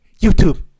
YouTube